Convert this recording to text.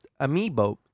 Amiibo